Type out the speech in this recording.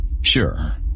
Sure